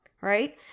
right